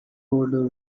border